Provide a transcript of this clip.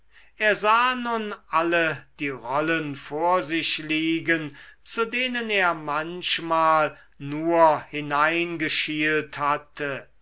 er sah nun alle die rollen vor sich liegen zu denen er manchmal nur hineingeschielt hatte